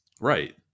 Right